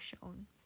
shown